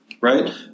right